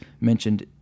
mentioned